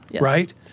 right